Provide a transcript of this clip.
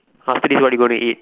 after this what you gonna eat